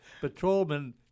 patrolmen